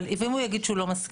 אבל, ואם הוא יגיד שהוא לא מסכים?